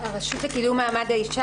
הרשות לקידום מעמד האישה,